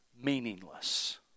meaningless